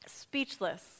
speechless